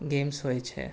games હોય છે